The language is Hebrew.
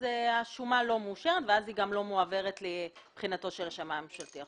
השומה לא מאושרת ואז היא גם לא מועברת לבחינתו של השמאי הממשלתי.